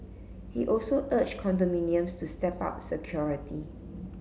he also urged condominiums to step up security